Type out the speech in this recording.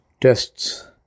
tests